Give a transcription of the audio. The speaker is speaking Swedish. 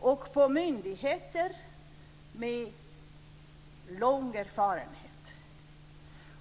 och på myndigheter med lång erfarenhet.